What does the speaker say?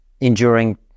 enduring